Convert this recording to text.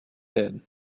head